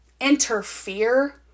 interfere